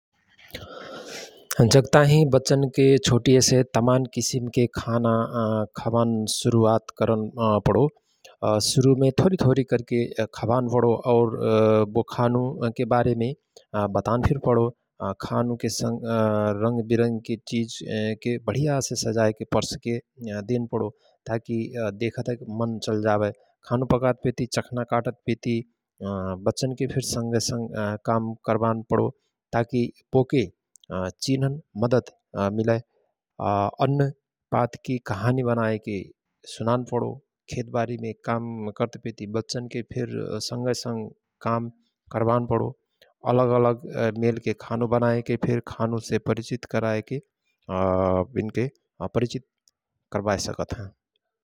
जक ताहिँ बच्चनके छोटिययसे तमान किसिमके खाना खबान सुरुवात करन पणो । सुरुमे थोरी थोरी करके खबान पणो । और वो खानु के बारेमे बतान पडो, खानु के संग रंगविरंगके चिझके बढियासे सजायके पर्सके देन पणो । ताकि देखयतक मन चल्जाय । खानु पकात पेती चखना काटतपेती बच्चनके फिर संगय संग काम करवान पणो । ताकि बोके चिनह्न मद्दत मिलय, अन्न पात की कहानी बनाएके सुनान पणो, खेत बारीमे काम करतपेती बच्चनके फिर संगय संग काम करवान पणो । अलग–अलग मेलके खानु बनाएके फिर खानुसे परिचित कराएके विनके परिचित करवाय सकत हय ।